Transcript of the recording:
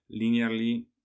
linearly